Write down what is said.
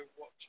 watch